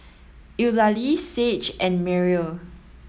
Eulalie Sage and Myrl